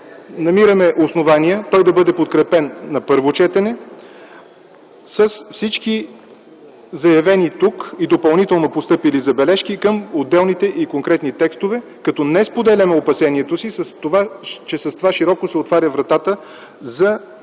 намираме основание да бъде подкрепен на първо четене с всички заявени тук и допълнително постъпили забележки към отделните и конкретни текстове, като не споделяме опасението си, че с това широко се отваря вратата за нарушаване